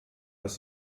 als